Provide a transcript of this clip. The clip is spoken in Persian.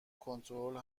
کنترل